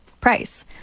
price